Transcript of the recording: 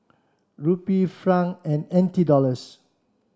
Rupee Franc and N T Dollars